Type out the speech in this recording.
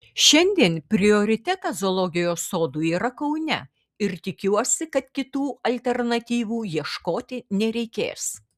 šiandien prioritetas zoologijos sodui yra kaune ir tikiuosi kad kitų alternatyvų ieškoti nereikės